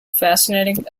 fascinating